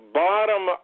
bottom